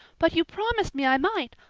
but you promised me i might!